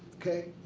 okay?